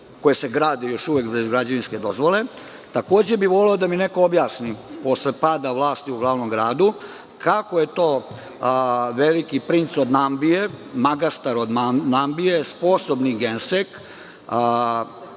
koje se grade još uvek bez građevinske dozvole? Voleo bih i da mi neko objasni posle pada vlasti u glavnom gradu, kako je to „veliki princ od Nambije“, „magastar od Nambije“, „sposobni gensek“,